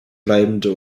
bleibende